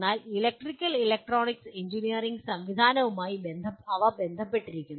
എന്നാൽ അവർ electrical electronic engineering സംവിധാനങ്ങളുമായി ബന്ധപ്പെട്ടിരിക്കുന്നു